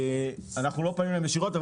לא פנינו אליהם ישירות,